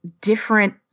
different